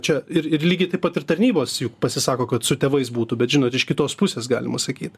čia ir lygiai taip pat ir tarnybos juk pasisako kad su tėvais būtų bet žinot iš kitos pusės galima sakyt